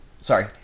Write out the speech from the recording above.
Sorry